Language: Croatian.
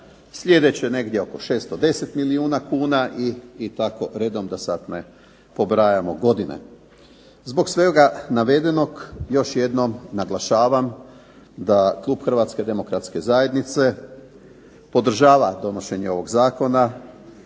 sljedeće negdje oko 610 milijuna kuna, i tako redom da sada ne pobrajamo godine. Zbog svega navedenog, još jedanput naglašavam da Klub Hrvatske demokratske zajednice podržava donošenje ovog Zakona